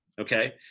okay